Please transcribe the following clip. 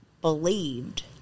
believed